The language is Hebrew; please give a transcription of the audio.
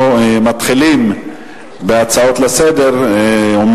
אנחנו מתחילים בהצעות לסדר-היום.